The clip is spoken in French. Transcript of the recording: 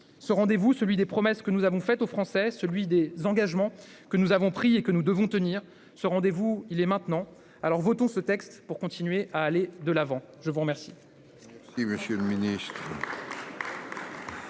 Ce rendez-vous, celui des promesses que nous avons faites aux Français, celui des engagements que nous avons pris et que nous devons tenir, ce rendez-vous, c'est maintenant ! Aussi, il faut voter ce texte, pour continuer d'aller de l'avant. Nous passons